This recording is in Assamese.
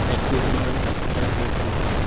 একত্ৰিছ জানুৱাৰী দুহেজাৰ একৈছ চন